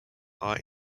are